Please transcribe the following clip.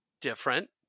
different